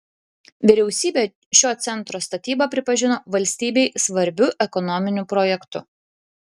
vyriausybė šio centro statybą pripažino valstybei svarbiu ekonominiu projektu